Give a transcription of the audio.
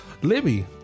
Libby